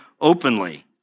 openly